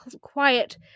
quiet